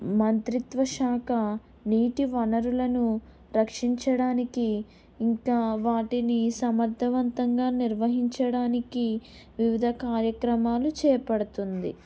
మంత్రిత్వ శాఖ నీటి వనరులను రక్షించడానికి ఇంకా వాటిని సమర్థవంతంగా నిర్వహించడానికి వివిధ కార్యక్రమాలు చేపడుతుంది